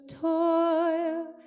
toil